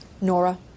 Nora